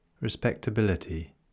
Respectability